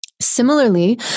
Similarly